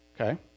Okay